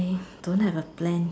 don't have a plan